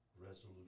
resolution